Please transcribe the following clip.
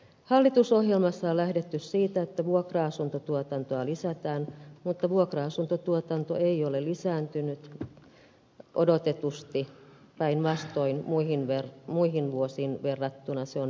hallitusohjelmassa on lähdetty siitä että vuokra asuntotuotantoa lisätään mutta vuokra asuntotuotanto ei ole lisääntynyt odotetusti päinvastoin muihin vuosiin verrattuna se on vähentynyt